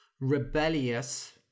Rebellious